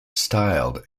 styled